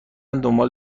دنبال